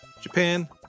Japan